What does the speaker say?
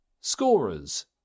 Scorers